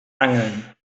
angeln